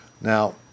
Now